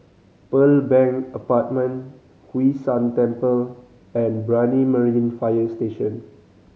Pearl Bank Apartment Hwee San Temple and Brani Marine Fire Station